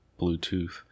Bluetooth